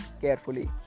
carefully